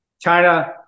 China